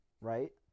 right